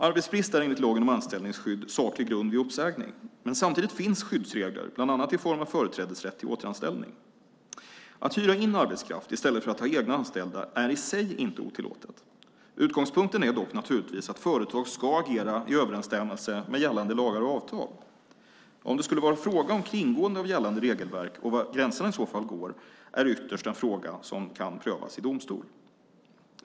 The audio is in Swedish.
Arbetsbrist är enligt lagen om anställningsskydd saklig grund vid uppsägning. Samtidigt finns skyddsregler, bland annat i form av företrädesrätt till återanställning. Att hyra in arbetskraft i stället för att ha egna anställda är i sig inte otillåtet. Utgångspunkten är dock naturligtvis att företag ska agera i överensstämmelse med gällande lagar och avtal. Om det skulle vara fråga om kringgående av gällande regelverk, och var gränserna i så fall går, är ytterst en fråga som kan prövas i domstol.